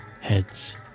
heads